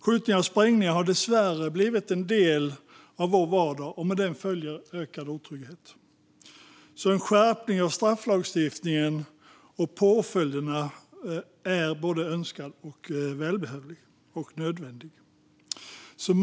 Skjutningar och sprängningar har dessvärre blivit en del av vår vardag, och med dem följer en ökad otrygghet. En skärpning av strafflagstiftningen och påföljderna är därför önskad, välbehövlig och nödvändig.